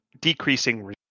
decreasing